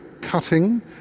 cutting